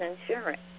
insurance